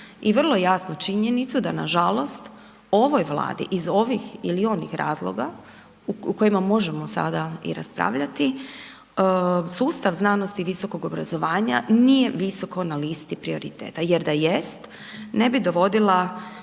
i vrlo jasnu činjenicu da na žalost ovoj Vladi iz ovih ili onih razloga u kojima možemo sada i raspravljati sustav znanosti i visokog obrazovanja nije visoko na listi prioriteta. Jer da jest ne bi dovodila